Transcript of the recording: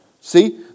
See